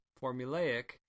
formulaic